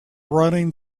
running